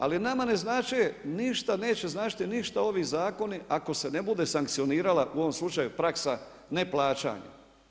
Ali nama ne znače, ništa neće značiti ništa ovi zakoni ako se ne bude sankcionirala u ovom slučaju praksa neplaćanja.